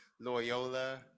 Loyola